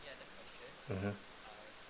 mmhmm